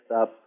up